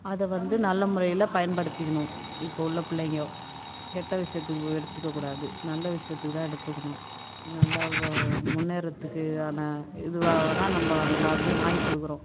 அதை வந்து நல்ல முறையில் பயன்படுத்திக்கணும் இப்போது உள்ள பிள்ளைங்க கெட்ட விஷயத்துக்கு எடுத்துக்கக்கூடாது நல்ல விஷயத்துக்கு தான் எடுத்துக்கணும் நல்லா முன்னேறதுக்கு ஆனால் இதுவாக தான் நம்ம எல்லாத்தையும் வாங்கி கொடுக்குறோம்